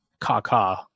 Kaka